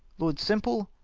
lord semple.